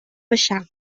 baixar